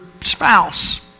spouse